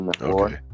Okay